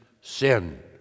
sin